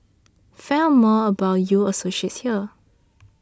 find out more about U Associates here